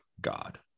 God